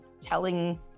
telling